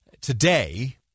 today